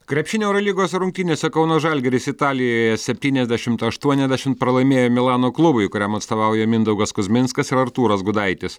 krepšinio eurolygos rungtynėse kauno žalgiris italijoje septyniasdešimt aštuoniasdešim pralaimėjo milano klubui kuriam atstovauja mindaugas kuzminskas ir artūras gudaitis